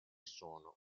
sono